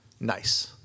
nice